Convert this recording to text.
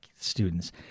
students